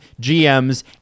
GMs